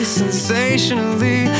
sensationally